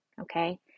okay